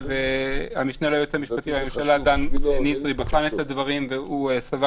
והמשנה ליועץ המשפטי נזרי בחן את הדברים והוא סבר